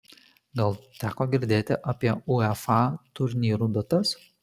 gal teko girdėti apie uefa turnyrų datas